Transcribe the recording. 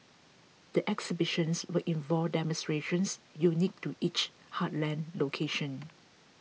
the exhibitions will involve demonstrations unique to each heartland location